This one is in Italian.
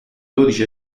dodici